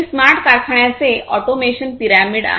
हे स्मार्ट कारखान्याचे automation pyramid आहे